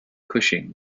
cushing